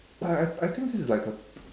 I I I think this is like a